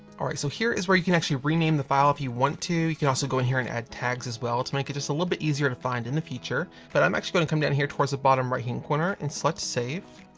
all right so here is where you can actually rename the file if you want to. you can also go in here and add tags as well to make it just a little bit easier to find in the future. but i'm actually going to come down here towards the bottom right hand corner, and select save.